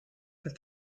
but